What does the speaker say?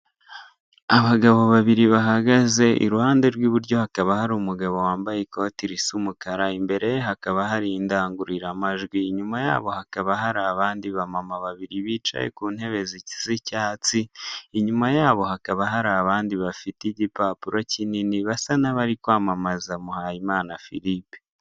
Abagabo babiri bahagaze, iruhande rw'iburyo hakaba hari umugabo wambaye ikoti risa umukara imbere ye hakaba hari indangururamajwi, inyuma yabo hakaba hari abandi abamama babiri bicaye k'untebe zisa icyatsi, inyuma yabo hakaba hari abandi bafite igipapuro kinini basa n'abari kwamamaza MUHAYIMANA Philipe.